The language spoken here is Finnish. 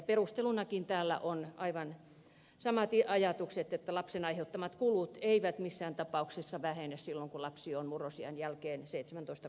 perustelunakin täällä ovat aivan samat ajatukset että lapsen aiheuttamat kulut eivät missään tapauksessa vähene silloin kun lapsi on murrosiän jälkeen seitsemäntoista